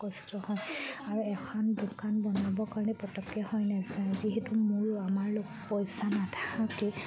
কষ্ট হয় আৰু এখন দোকান বনাবৰ কাৰণে পতককৈ হৈ নাযায় যিহেতু মোৰো আমাৰ লোক পইচা নাথাকে